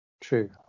True